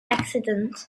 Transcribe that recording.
accident